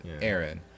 Aaron